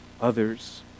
others